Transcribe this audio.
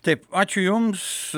taip ačiū jums